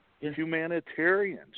humanitarians